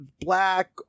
Black